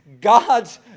God's